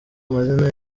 amazina